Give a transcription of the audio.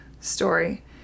story